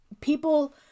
people